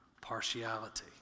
partiality